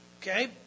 okay